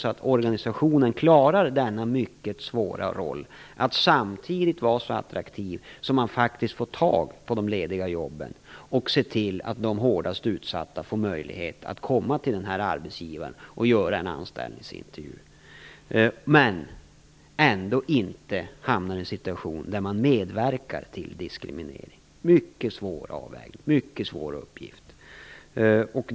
Det gäller att organisationen klarar den mycket svåra rollen att samtidigt vara så attraktiv att man faktiskt får tag på de lediga jobben och se till att de hårdast utsatta får möjlighet att komma till arbetsgivaren för att göra en anställningsintervju. Ändå får man inte komma i en sådan situation att man medverkar till diskriminering. Det är en mycket svår avvägning, en mycket svår uppgift.